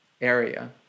area